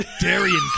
Darian